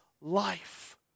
life